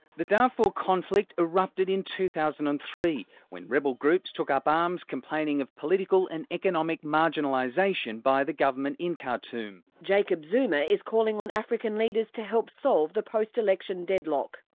the darfur conflict erupted in two thousand and three when rebel groups took up arms, complaining of political and economic marginalisation by the government in khartoum. jacob zuma is calling on african leaders to help solve the post-election deadlock.